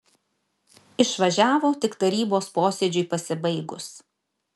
išvažiavo tik tarybos posėdžiui pasibaigus